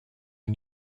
and